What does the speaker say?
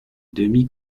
demi